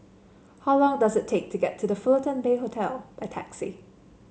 how long does it take to get to The Fullerton Bay Hotel by taxi